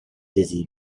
dizzy